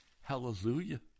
Hallelujah